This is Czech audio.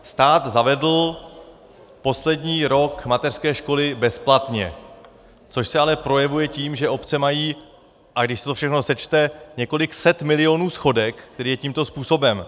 Stát zavedl poslední rok mateřské školy bezplatně, což se ale projevuje tím, že obce mají, když se to všechno sečte, několik set milionů schodek, který je tímto způsoben.